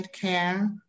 care